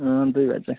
अँ दुई भाइ चाहिँ